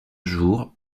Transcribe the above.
jour